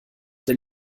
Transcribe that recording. der